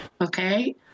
Okay